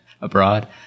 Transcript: abroad